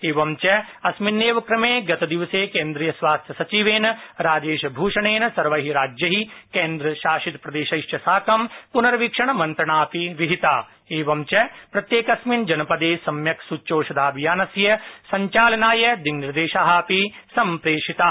एवंच अस्मिन् एवक्रमे केन्द्रीय स्वास्थ्य सचिवेन राजेश भूषणेन सवैं राज्यै केन्द्रशासितप्रदेशैश्च साकं पुनवीक्षण मंत्रणा अपि विहिता एवंच प्रत्येकस्मिन जनपदे सम्यक सुच्यौषधाभियानस्य संचालनाय दिङनिर्देशा अपि सम्प्रेषिता